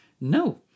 no